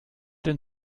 den